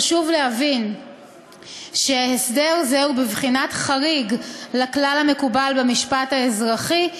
חשוב להבין שהסדר זה הוא בבחינת חריג לכלל המקובל במשפט האזרחי,